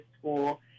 school